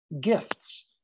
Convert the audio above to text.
gifts